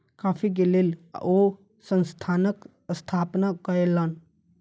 coffee के लेल ओ संस्थानक स्थापना कयलैन